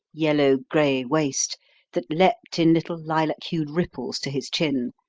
yellow-grey waste that leaped in little lilac-hued ripples to his chin,